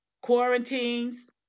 Quarantines